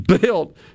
built